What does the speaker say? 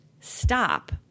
stop